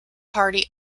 party